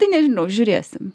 tai nežinau žiūrėsim